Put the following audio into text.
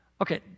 Okay